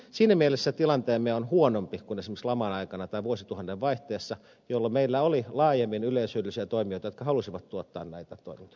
siinä mielessä tilanteemme on huonompi kuin esimerkiksi laman aikana tai vuosituhannen vaihteessa jolloin meillä oli laajemmin yleishyödyllisiä toimijoita jotka halusivat tuottaa näitä toimintoja